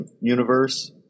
universe